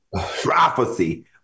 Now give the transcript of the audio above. prophecy